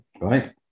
right